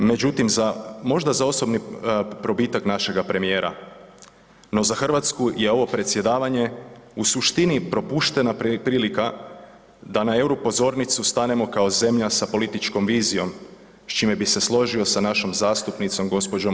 Međutim, za, možda za osobni probitak našega premijera, no za RH je ovo predsjedavanje u suštini propuštena prilika da na euro pozornicu stanemo kao zemlja sa političkom vizijom s čime bi se složio sa našom zastupnicom gđo.